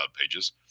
pages